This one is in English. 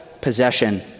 possession